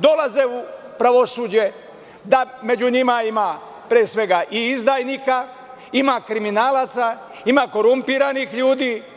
dolaze u pravosuđe, da među njima ima, pre svega, i izdajnika, ima kriminalaca, ima korumpiranih ljudi.